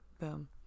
boom